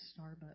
Starbucks